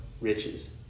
riches